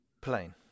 Plane